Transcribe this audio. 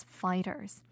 fighters